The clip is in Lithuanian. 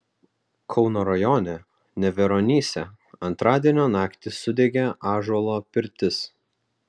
kauno rajone neveronyse antradienio naktį sudegė ąžuolo pirtis